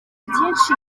byinshi